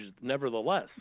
nevertheless